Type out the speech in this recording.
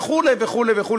וכו' וכו' וכו'.